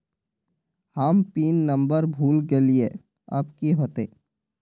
हम pin number भूल गलिऐ अब की होते?